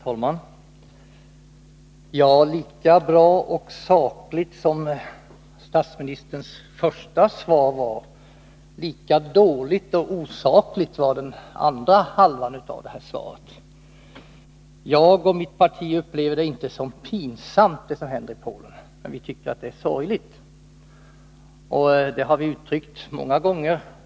Herr talman! Lika bra och sakligt som statsministerns första svar var, lika dåligt och osakligt var den andra halvan av detta svar. Jag och mitt parti upplever det inte som pinsamt, det som händer i Polen, men vi tycker att det är sorgligt. Det har vi uttryckt många gånger.